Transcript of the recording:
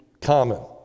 common